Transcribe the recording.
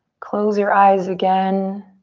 close your eyes again.